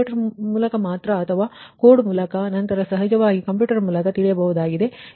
calculator ಮೂಲಕ ಮಾತ್ರ ಅಥವಾ ಕೋಡ್ ಮೂಲಕ ನಂತರ ಸಹಜವಾಗಿ ಕಂಪ್ಯೂಟರ್ ಮೂಲಕ ತಿಳಿಯಬಹುದಾಗಿದೆ